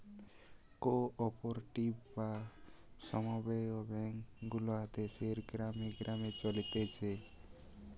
co operative বা সমব্যায় bank গুলা দেশের গ্রামে গ্রামে চলতিছে